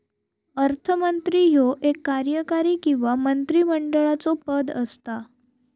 अर्थमंत्री ह्यो एक कार्यकारी किंवा मंत्रिमंडळाचो पद असता